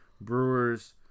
Brewers